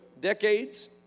decades